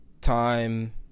time